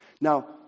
Now